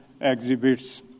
exhibits